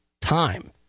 Time